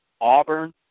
Auburn